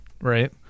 Right